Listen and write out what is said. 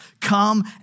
Come